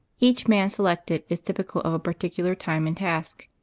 each man selected is typical of a particular time and task.